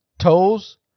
Toes